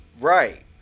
right